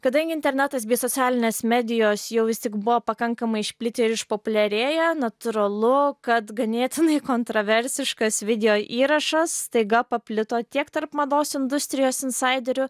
kadangi internetas bei socialinės medijos jau vis tik buvo pakankamai išplitę ir išpopuliarėję natūralu kad ganėtinai kontraversiškas videoįrašas staiga paplito tiek tarp mados industrijos insaiderių